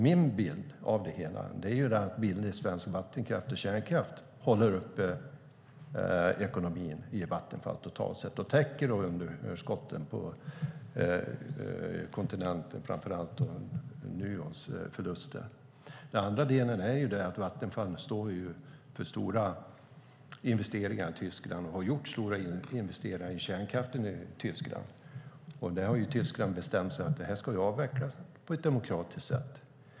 Min bild av det hela är att billig svensk vattenkraft och kärnkraft håller uppe ekonomin i Vattenfall totalt sett och täcker underskotten på kontinenten, framför allt Nuons förluster. En annan del är att Vattenfall står för stora investeringar i Tyskland och har gjort stora investeringar i kärnkraften i där. Tyskland har på ett demokratiskt sätt bestämt att det här ska avvecklas.